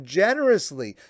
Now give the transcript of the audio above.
generously